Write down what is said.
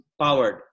powered